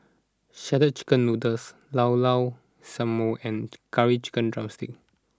Shredded Chicken Noodles Llao Llao Sanum and Curry Chicken Drumstick